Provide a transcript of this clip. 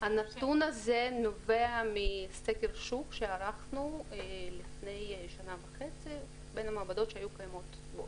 הנתון הזה נובע מסקר שוק שערכנו לפני שנה וחצי מול המעבדות שהיו קיימות.